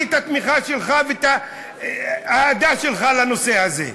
את התמיכה שלך ואת האהדה שלך לנושא הזה.